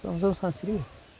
सम सम सानस्रियो